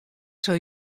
sil